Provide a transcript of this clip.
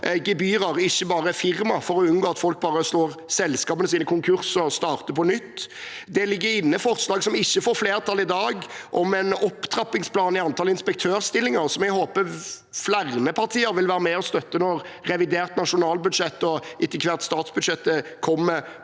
gebyrer, ikke bare firmaer, for å unngå at folk bare slår selskapene sine konkurs og starter på nytt. Det ligger inne forslag, som ikke får flertall i dag, om en opptrappingsplan for antall inspektørstillinger, som jeg håper flere partier vil være med og støtte når revidert nasjonalbudsjett og etter hvert statsbudsjettet kommer